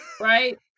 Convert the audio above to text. Right